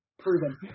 Proven